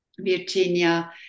Virginia